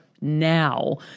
now